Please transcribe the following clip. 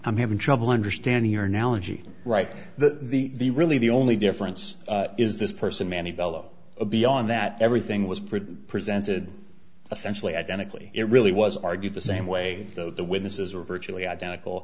i'm having trouble understanding your analogy right the the really the only difference is this person manny bellow beyond that everything was pretty presented essential identically it really was argued the same way though the witnesses were virtually identical